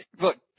look